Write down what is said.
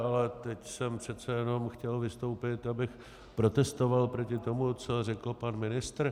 Ale teď jsem přece jenom chtěl vystoupit, abych protestoval proti tomu, co řekl pan ministr.